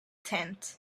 tent